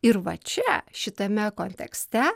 ir va čia šitame kontekste